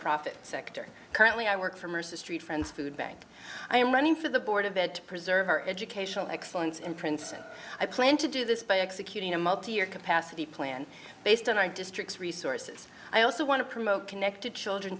nonprofit sector currently i work from the street friends food bank i am running for the board of ed to preserve our educational excellence in princeton i plan to do this by executing a multi year capacity plan based on our district's resources i also want to promote connected children